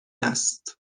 است